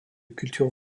cultures